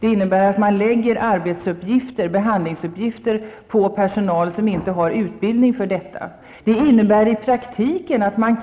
Det betyder att man lägger behandlingsuppgifter på personal som inte har utbildning för detta. I praktiken innebär det att man